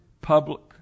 public